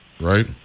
right